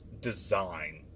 design